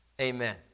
Amen